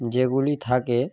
যেগুলি থাকে